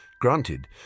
Granted